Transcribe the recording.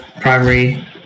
primary